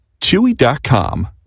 Chewy.com